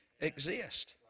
exist